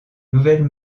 nouvelle